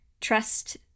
trust